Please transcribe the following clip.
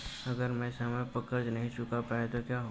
अगर मैं समय पर कर्ज़ नहीं चुका पाया तो क्या होगा?